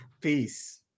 peace